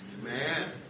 Amen